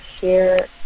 share